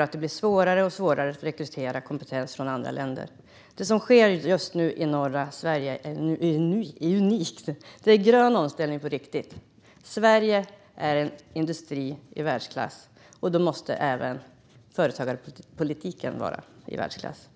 att det blir allt svårare att rekrytera kompetens från andra länder. Det som just nu sker i norra Sverige är unikt. Det är grön omställning på riktigt. Sverige har en industri som är i världsklass. Då måste även företagarpolitiken vara i världsklass.